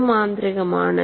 ഇത് മാന്ത്രികമാണ്